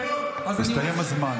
תראה, אז אני רוצה, הסתיים הזמן.